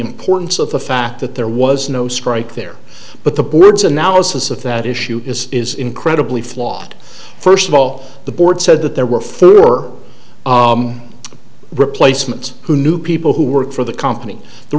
importance of the fact that there was no strike there but the board's analysis of that issue is is incredibly flawed first of all the board said that there were thirty or replacements who knew people who worked for the company the